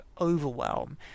overwhelm